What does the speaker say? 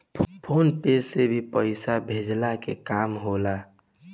phone पे से भी पईसा भेजला के काम होला